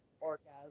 Orgasm